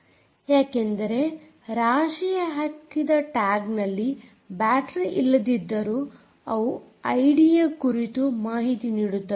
ಯಾಕೆಂದರೆ ರಾಶಿ ಹಾಕಿದ ಟ್ಯಾಗ್ ನಲ್ಲಿ ಬ್ಯಾಟರೀ ಇಲ್ಲದಿದ್ದರೂ ಅವು ಐಡಿ ಯ ಕುರಿತು ಮಾಹಿತಿ ನೀಡುತ್ತವೆ